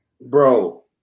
Bro